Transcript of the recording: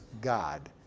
God